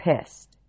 pissed